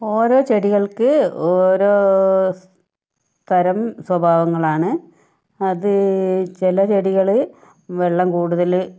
ഓരോ ചെടികൾക്ക് ഓരോ തരം സ്വഭാവങ്ങളാണ് അത് ചില ചെടികള് വെള്ളം കൂടുതല്